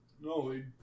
No